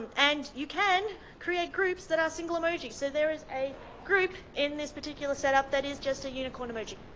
and you can create groups that are single emojis. so there is a group in this particular set up that is just a unicorn emoji,